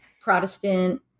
Protestant